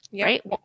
right